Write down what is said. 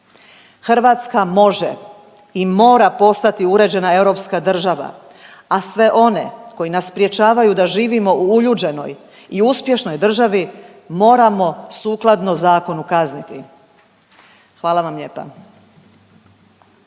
Hrvatska može i mora postati uređena europska država, a sve one koji nas sprječavaju da živimo u uljuđenoj i uspješnoj državi moramo sukladno zakonu kazniti. Hvala vam lijepa.